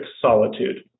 solitude